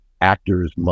actors